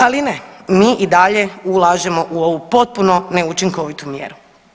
Ali ne, mi i dalje ulažemo u ovu potpuno neučinkovitu mjeru.